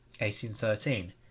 1813